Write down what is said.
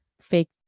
fake